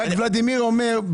ולדימיר אומר,